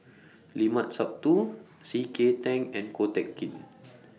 Limat Sabtu C K Tang and Ko Teck Kin